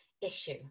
issue